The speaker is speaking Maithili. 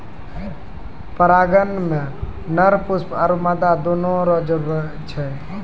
परागण मे नर पुष्प आरु मादा दोनो रो जरुरी छै